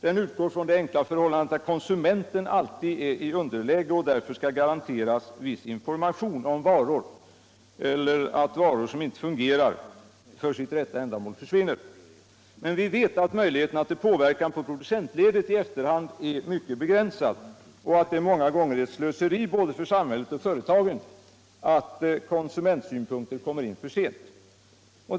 Den utgår från det enkla förhållandet att konsumenten alltid är i underläge och därför skall garanteras viss information om varor, eller det skall garanteras alt varor som inte fungerar för sitt rätta ändamål försvinner. Men vi vet att möjligheterna till påverkan i efterhand är mycket begränsade i producentledet och att det många gånger innebär ett slöseri för både samhället och företagen att konsumentsynpunkter kommer in för sent.